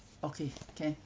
okay can